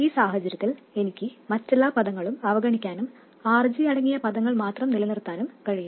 ഈ സാഹചര്യത്തിൽ എനിക്ക് മറ്റെല്ലാ പദങ്ങളും അവഗണിക്കാനും RG അടങ്ങിയിയ പദങ്ങൾ മാത്രം നിലനിർത്താനും കഴിയും